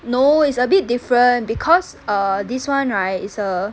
no is a bit different because err this [one] right is a